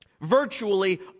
Virtually